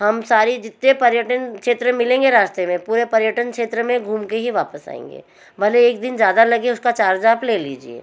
हम सारी जितने पर्यटन क्षेत्र मिलेंगे रास्ते में पूरे पर्यटन क्षेत्र में घूम के ही वापस आएँगे भले एक दिन ज़्यादा लगे उसका चार्ज आप ले लीजिए